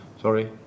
sorry